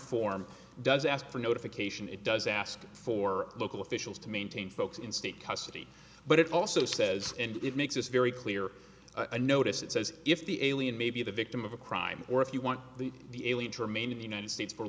form does ask for notification it does ask for local officials to maintain folks in state custody but it also says and it makes this very clear a notice that says if the alien may be the victim of a crime or if you want the the alien to remain in the united states for